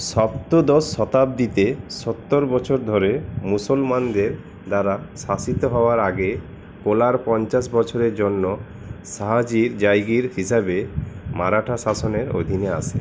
সপ্তদশ শতাব্দীতে সত্তর বছর ধরে মুসলমানদের দ্বারা শাসিত হওয়ার আগে কোলার পঞ্চাশ বছরের জন্য শাহাজির জাগির হিসাবে মারাঠা শাসনের অধীনে আসে